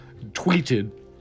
tweeted